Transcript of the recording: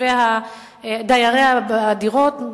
דיירי הדירות,